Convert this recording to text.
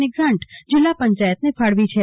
ની ગ્રાન્ટ જિલ્લા પંચાયતને ફાળવી છે